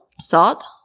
Salt